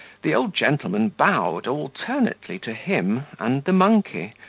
the old gentleman bowed alternately to him and the monkey,